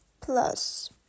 Plus